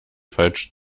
falsch